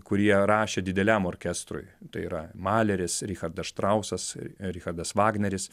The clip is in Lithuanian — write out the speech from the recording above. kurie rašė dideliam orkestrui tai yra maleris richardas štrausas richardas vagneris